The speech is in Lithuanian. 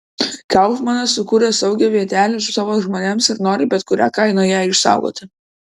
kaufmanas sukūrė saugią vietelę savo žmonėms ir nori bet kuria kaina ją išsaugoti